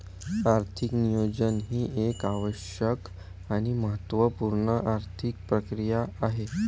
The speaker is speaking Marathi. आर्थिक नियोजन ही एक आवश्यक आणि महत्त्व पूर्ण आर्थिक प्रक्रिया आहे